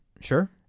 Sure